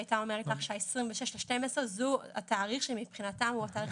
היא הייתה אומרת לך שה-26 בדצמבר זה התאריך שמבחינתם הוא התאריך